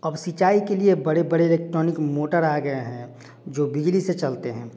अब सिंचाई के लिए बड़े बड़े इलेक्ट्रॉनिक मोटर आ गए हैं जो बिजली से चलते हैं